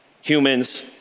humans